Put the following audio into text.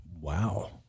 Wow